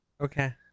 Okay